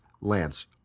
Lance